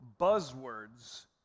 buzzwords